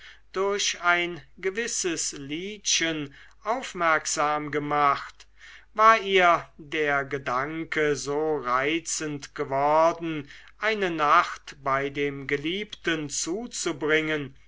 durch ein gewisses liedchen aufmerksam gemacht war ihr der gedanke so reizend geworden eine nacht bei dem geliebten zuzubringen